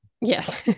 Yes